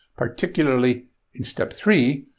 particularly in step three,